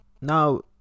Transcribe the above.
Now